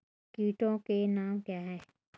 कीटों के नाम क्या हैं?